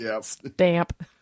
stamp